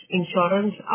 insurance